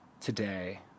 Today